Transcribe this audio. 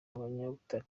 abanyabutare